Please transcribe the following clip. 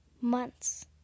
Months